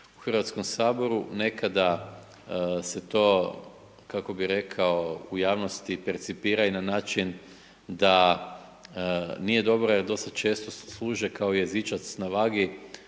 u Hrvatskom saboru, nekada se to, kako bi rekao u javnosti percipira i na način da nije dobro jer dosta često se služe kao jezičac na vagi